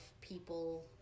people